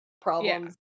problems